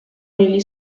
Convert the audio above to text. negli